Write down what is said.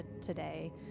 today